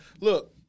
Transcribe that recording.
Look